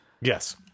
Yes